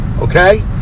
okay